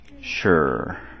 sure